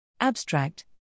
Abstract